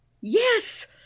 Yes